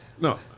no